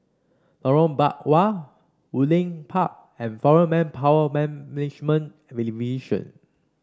Lorong Biawak Woodleigh Park and Foreign Manpower Management Division